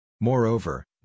Moreover